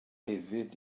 hefyd